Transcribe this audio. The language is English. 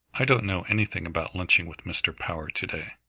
i don't know anything about lunching with mr. power to-day.